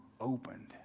opened